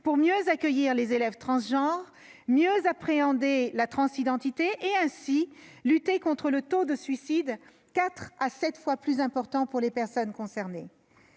pour mieux accueillir les élèves transgenres, mieux appréhender la transidentité et, ainsi, lutter contre le taux de suicide quatre à sept fois plus important pour les personnes concernées.